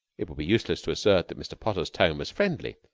it would be useless to assert that mr. potter's tone was friendly.